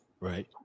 Right